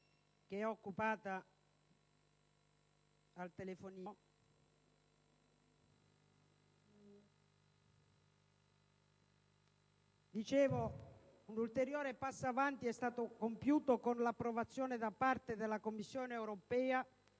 Un ulteriore passo avanti è stato compiuto anche con l'approvazione da parte della Commissione europea